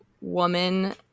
woman